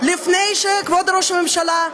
לפני שכבוד ראש הממשלה,